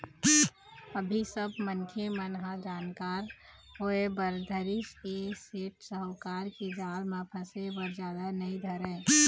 अभी सब मनखे मन ह जानकार होय बर धरिस ऐ सेठ साहूकार के जाल म फसे बर जादा नइ धरय